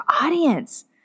audience